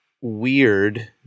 weird